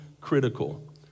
critical